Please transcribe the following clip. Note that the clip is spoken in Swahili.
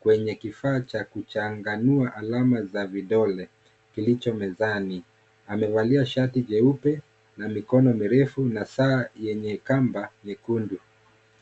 kwenye kifaa cha kuchanganua alama za vidole kilicho mezani, amevalia shati jeupe na mikono mirefu na saa yenye kamba nyekundu.